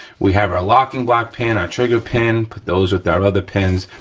we have our lock and glock pin, our trigger pin. put those with our other pins.